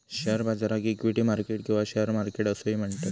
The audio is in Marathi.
शेअर बाजाराक इक्विटी मार्केट किंवा शेअर मार्केट असोही म्हणतत